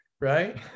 right